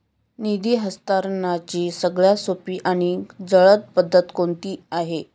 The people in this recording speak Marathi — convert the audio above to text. निधी हस्तांतरणाची सगळ्यात सोपी आणि जलद पद्धत कोणती आहे?